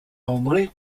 andré